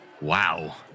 wow